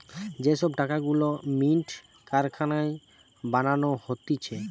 যে সব টাকা গুলা মিন্ট কারখানায় বানানো হতিছে